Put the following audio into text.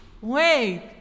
wait